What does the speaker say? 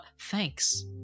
thanks